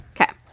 Okay